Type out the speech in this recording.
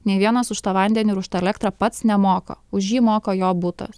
nei vienas už tą vandenį ir už tą elektrą pats nemoka už jį moka jo butas